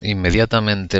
inmediatamente